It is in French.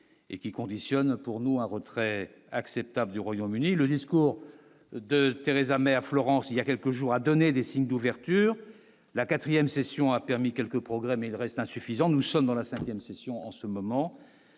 et qui conditionnent pour nous un retrait acceptable du Royaume-Uni, le discours de Theresa May à Florence, il y a quelques jours à donner des signes d'ouverture, la 4ème session a permis quelques progrès mais il reste insuffisant, nous sommes dans la 5ème session en ce moment,